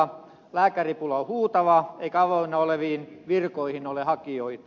lääkäripula on huutava eikä avoinna oleviin virkoihin ole hakijoita